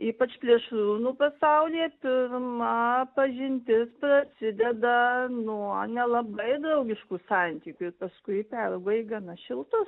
ypač plėšrūnų pasaulyje pirma pažintis prasideda nuo nelabai draugiškų santykių paskui perauga į gana šiltus